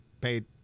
paid